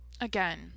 again